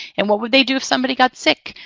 and what would they do if somebody got sick?